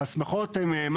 ההסמכות הן,